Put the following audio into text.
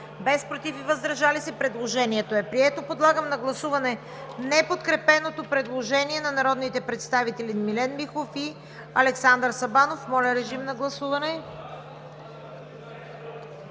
44, против 16, въздържали се 45. Предложението не се приема. Подлагам на гласуване неподкрепеното предложение на народните представители Милен Михов и Александър Сабанов. Гласували